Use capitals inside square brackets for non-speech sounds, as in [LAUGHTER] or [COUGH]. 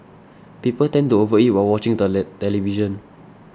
people tend to overeat while watching the [UNINTELLIGIBLE] television